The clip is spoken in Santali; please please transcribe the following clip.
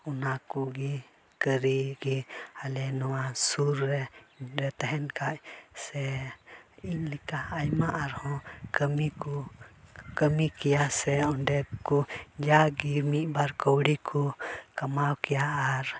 ᱚᱱᱟ ᱠᱚᱜᱮ ᱠᱟᱹᱨᱤ ᱜᱮ ᱟᱞᱮ ᱱᱚᱣᱟ ᱥᱩᱨ ᱨᱮ ᱞᱮ ᱛᱟᱦᱮᱱ ᱠᱷᱟᱡ ᱥᱮ ᱤᱧ ᱞᱮᱠᱟ ᱟᱭᱢᱟ ᱟᱨ ᱦᱚᱸ ᱠᱟᱹᱢᱤ ᱠᱚ ᱠᱟᱹᱢᱤ ᱠᱮᱭᱟ ᱥᱮ ᱚᱸᱰᱮ ᱠᱚ ᱡᱟᱜᱮ ᱢᱤᱫ ᱵᱟᱨ ᱠᱟᱹᱣᱰᱤ ᱠᱚ ᱠᱟᱢᱟᱣ ᱠᱮᱭᱟ ᱟᱨ